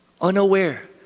unaware